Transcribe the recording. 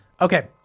Okay